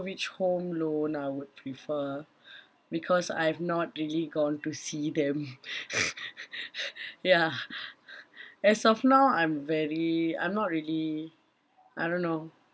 which home loan I would prefer because I've not really gone to see them ya as of now I'm very I'm not really I don't know